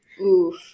Oof